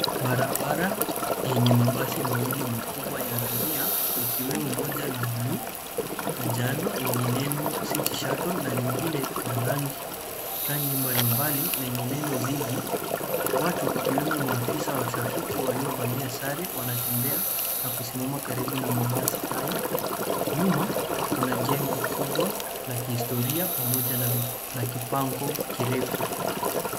Barabara lenye mabasi mawili makubwa ya abiria likiwemo moja la buluu na njano lenye neno city shuttle na lingine la rangi mbalimbali lenye neno zigi. Watu wakiwemo maafisa wa trafiki waliovalia sare wanatembea na kusimama karibu na mabasi hayo. Nyuma kuna jengo kubwa la kihistoria pamoja na kibango kirefu.